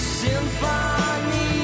symphony